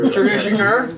Traditioner